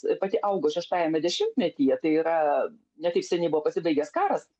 pati augo šeštajame dešimtmetyje tai yra ne taip seniai buvo pasibaigęs karas